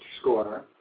score